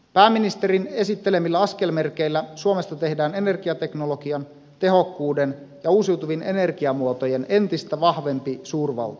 pääministerin esittelemillä askelmerkeillä suomesta tehdään energiateknologian tehokkuuden ja uusiutuvien energiamuotojen entistä vahvempi suurvalta